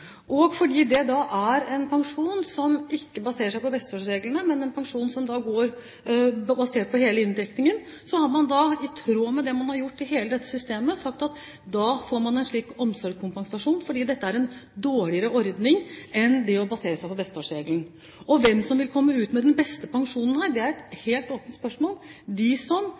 Fordi det er en pensjon som ikke baserer seg på besteårsregelen, men en pensjon som er basert på hele inndekningen, har man, i tråd med det man har gjort i hele dette systemet, sagt at da får man en slik omsorgskompensasjon, da dette er en dårligere ordning enn det å basere seg på besteårsregelen. Hvem som vil komme ut med den beste pensjonen her, er et helt åpent spørsmål. Jeg er ikke enig i at de som